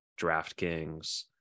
DraftKings